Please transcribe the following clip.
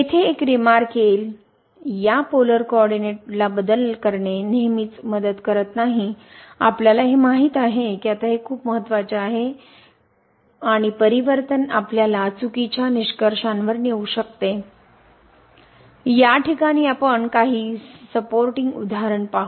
येथे एक रिमार्क येईल या पोलर कोऑरडीनेट बदल करणे नेहमीच मदत करत नाही आपल्याला हे माहित आहे की आता हे खूप महत्वाचे आहे कारण ते नेहमीच मदत करत नाही आणि परिवर्तन आपल्याला चुकीच्या निष्कर्षावर नेऊ शकते या ठिकाणी आपण काही सपोरटिंग उदाहरण पाहू